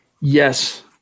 Yes